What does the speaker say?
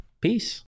peace